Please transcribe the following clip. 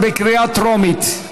זה בקריאה טרומית.